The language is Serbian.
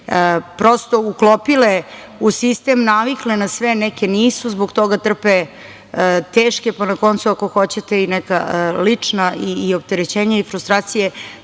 prosto uklopile u sistem, navikle na sve, neke nisu i zbog toga trpe teške, pa na kraju ako hoćete i neka lična opterećenja i frustracije,